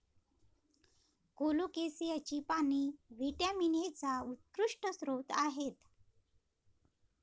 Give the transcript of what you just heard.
कोलोकेसियाची पाने व्हिटॅमिन एचा उत्कृष्ट स्रोत आहेत